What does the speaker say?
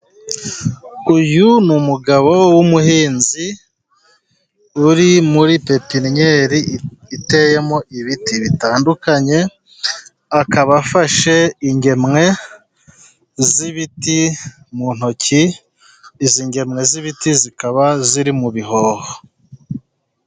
Uyu ni umugabo w'umuhinzi uri muri pepiniyeri iteyemo ibiti bitandukanye. Akaba afashe ingemwe z'ibiti mu ntoki, izi ngemwe z'ibiti zikaba ziri mu bihoho.